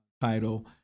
title